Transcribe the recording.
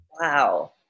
Wow